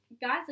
guys